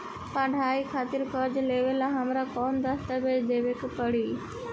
पढ़ाई खातिर कर्जा लेवेला हमरा कौन दस्तावेज़ देवे के पड़ी?